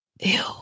Ew